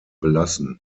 belassen